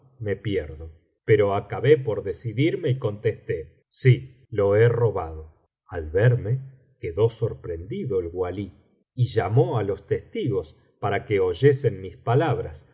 me pierdo pero acabé por decidirme y contesté sí lo he robado al verme quedó sorprendido walí y llamó á biblioteca valenciana generalitat valenciana historia del jorobado los testigos para que oyesen mis palabras